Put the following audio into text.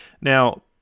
Now